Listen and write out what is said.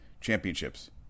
championships